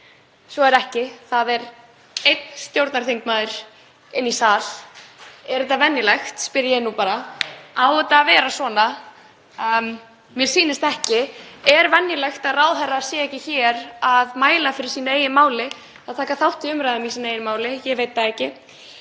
svo er ekki. Það er einn stjórnarþingmaður inni í sal. Er þetta venjulegt, spyr ég nú bara? Á þetta að vera svona? Mér sýnist ekki. Er venjulegt að ráðherra sé ekki hér, sem er mæla fyrir sínu eigin máli, að taka þátt í umræðum um það? Ég veit það ekki.